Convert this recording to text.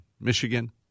Michigan